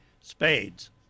spades